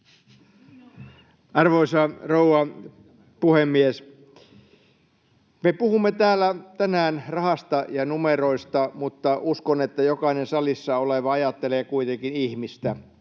Arvoisa rouva puhemies! Me puhumme täällä tänään rahasta ja numeroista, mutta uskon, että jokainen salissa oleva ajattelee kuitenkin ihmistä: